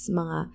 mga